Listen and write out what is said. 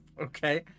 Okay